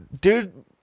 Dude